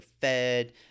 fed